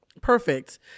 perfect